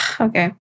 okay